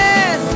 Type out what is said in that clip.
Yes